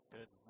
Good